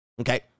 Okay